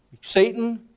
Satan